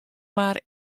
mar